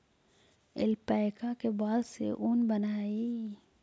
alpaca के बाल से ऊन बनऽ हई